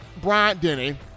Bryant-Denny